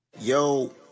Yo